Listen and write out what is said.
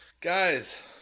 Guys